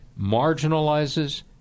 marginalizes